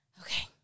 okay